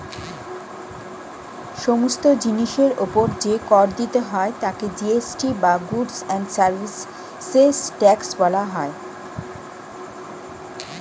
সমস্ত জিনিসের উপর যে কর দিতে হয় তাকে জি.এস.টি বা গুডস্ অ্যান্ড সার্ভিসেস ট্যাক্স বলা হয়